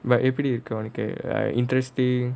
எப்பிடி இருக்கு உனக்கு:eppidi irukku unnakku like interesting